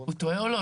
הוא טועה או לא?